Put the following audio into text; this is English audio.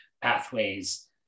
pathways